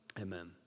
amen